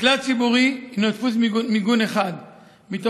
מקלט ציבורי הוא דפוס מיגון אחד מתוך